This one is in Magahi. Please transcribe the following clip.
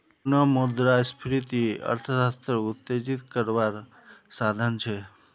पुनः मुद्रस्फ्रिती अर्थ्शाश्त्रोक उत्तेजित कारवार साधन छे